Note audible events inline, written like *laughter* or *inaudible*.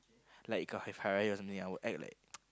like if Hari-Raya or something I'd act like *noise*